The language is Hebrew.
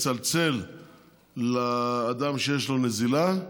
מצלצל לאדם שיש לו נזילה,